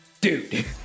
dude